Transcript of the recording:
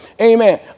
Amen